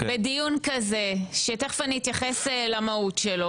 היה עדיף לפרוס קצת